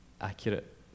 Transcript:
accurate